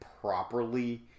properly